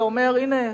ואומר: הנה,